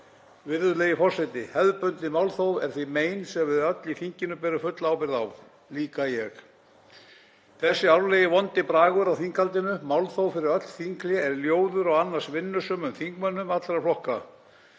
Virðulegi forseti. Hefðbundið málþóf er því mein sem við öll í þinginu berum fulla ábyrgð á, líka ég. Þessi árlegi, vondi bragur á þinghaldinu, málþóf fyrir öll þinghlé, er ljóður á ráði annars vinnusamra þingmanna allra flokka.